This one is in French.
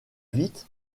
vite